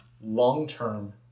long-term